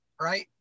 right